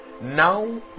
now